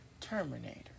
terminator